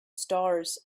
stars